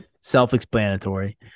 self-explanatory